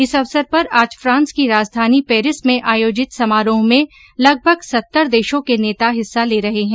इस अवसर पर आज फ्रांस की राजघानी पेरिस में आयोजित समारोह में लगभग सत्तर देशों के नेता हिस्सा ले रहे हैं